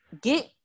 get